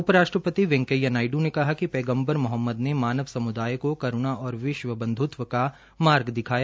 उप राष्ट्रपति वैकेया नायडू ने कहा कि पैगम्बर मोहम्मद ने मानव समुदाय को करूणा और विश्व बंधुत्व का मार्ग दिखाया